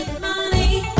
money